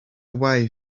way